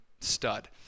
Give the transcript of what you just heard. stud